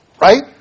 Right